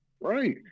Right